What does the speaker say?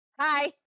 Hi